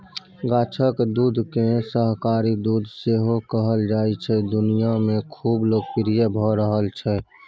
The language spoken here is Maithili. गाछक दुधकेँ शाकाहारी दुध सेहो कहल जाइ छै दुनियाँ मे खुब लोकप्रिय भ रहल छै